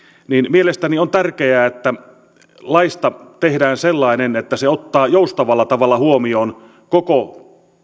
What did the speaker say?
mielestäni on tärkeää että laista tehdään sellainen että se ottaa joustavalla tavalla huomioon koko